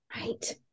right